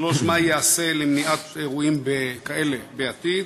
3. מה ייעשה למניעת אירועים כאלה בעתיד?